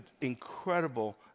incredible